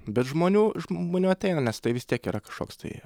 bet žmonių žmonių ateina nes tai vis tiek yra kažkoks tai